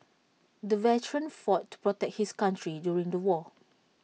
the veteran fought to protect his country during the war